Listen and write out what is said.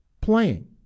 playing